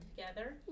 together